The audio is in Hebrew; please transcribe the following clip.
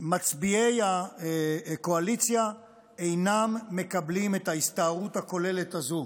מצביעי הקואליציה אינם מקבלים את ההסתערות הכוללת הזו,